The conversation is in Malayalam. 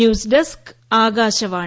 news desk Akashvani